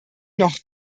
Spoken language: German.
noch